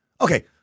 Okay